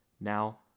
Now